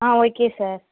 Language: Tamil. ah okay sir